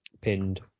pinned